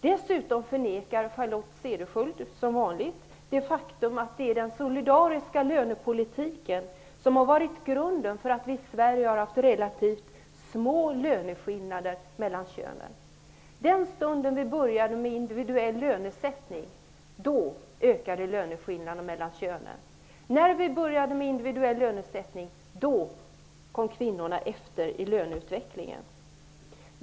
Dessutom förnekar Charlotte Cederschiöld som vanligt det faktum att det är den solidariska lönepolitiken som har varit grunden för att vi i Sverige har haft relativt små löneskillnader mellan könen. Den stunden vi började med individuell lönesättning ökade löneskillnaderna mellan könen. När vi började med individuell lönesättning kom kvinnorna efter i löneutvecklingen.